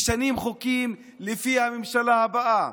משנים חוקים לפי הממשלה הבאה,